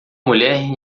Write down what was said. mulher